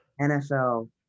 NFL